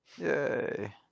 Yay